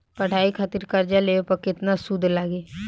पढ़ाई खातिर कर्जा लेवे पर केतना सूद लागी?